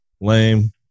lame